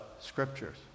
Scriptures